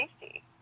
safety